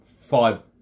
five